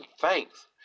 thanks